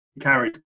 carried